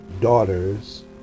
daughters